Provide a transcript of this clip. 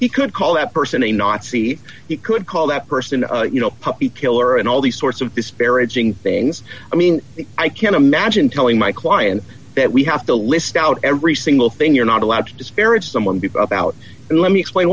he could call that person a nazi he could call that person you know puppy killer and all these sorts of disparaging things i mean i can't imagine telling my client that we have to list out every single thing you're not allowed to disparage someone be about and let me explain